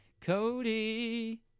Cody